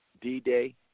D-Day